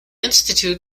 institute